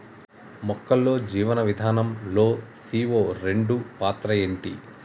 మొక్కల్లో జీవనం విధానం లో సీ.ఓ రెండు పాత్ర ఏంటి?